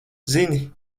zini